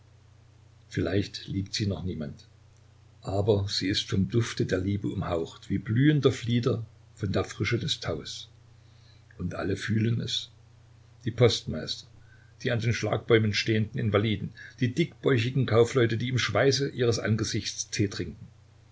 vielleicht liebt sie noch niemand aber sie ist vom dufte der liebe umhaucht wie blühender flieder von der frische des taues und alle fühlen es die postmeister die an den schlagbäumen stehenden invaliden die dickbäuchigen kaufleute die im schweiße ihres angesichts tee trinken